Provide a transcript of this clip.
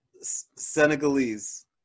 Senegalese